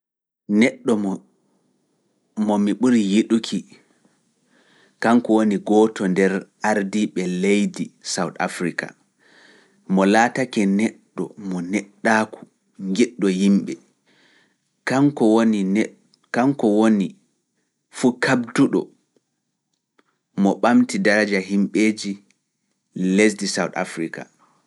Neɗɗo mo mi ɓuri yiɗuki, kanko woni gooto nder ardiiɓe leydi Sawt Afrika, mo laatake neɗɗo mo neɗɗaaku ngidɗo yimɓe, kanko woni fuu kabduɗo mo ɓamti daraja yimɓeeji lesdi Sawt Afrika.